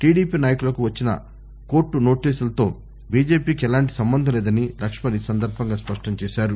TDP నాయకులకు వచ్చిన court నోటీసులతో బిజెపి కి ఎలాంటి సంబంధం లేదని లక్కుణ్ స్పష్టం చేశారు